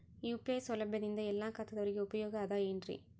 UPI ಸೌಲಭ್ಯದಿಂದ ಎಲ್ಲಾ ಖಾತಾದಾವರಿಗ ಉಪಯೋಗ ಅದ ಏನ್ರಿ?